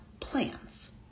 plans